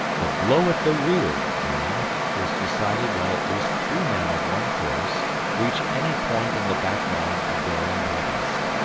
the blow at the rear game is decided when at least three men of one force reach any point in the back line of their antagonist.